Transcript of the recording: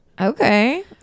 Okay